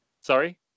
Sorry